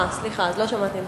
אה, סליחה, אז לא שמעתי נכון.